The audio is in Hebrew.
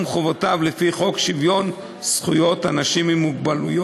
חובותיו לפי חוק שוויון זכויות אנשים עם מוגבלות